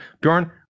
Bjorn